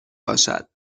باشد